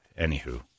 anywho